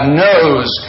knows